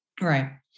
Right